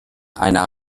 einer